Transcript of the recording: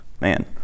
Man